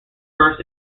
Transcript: first